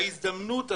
ההזדמנות הזו,